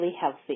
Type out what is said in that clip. healthy